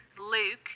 luke